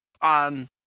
on